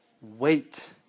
Wait